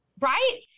Right